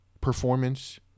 performance